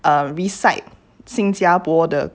uh recite 新加坡的